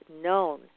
known